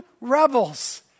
rebels